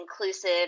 inclusive